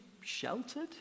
sheltered